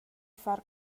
far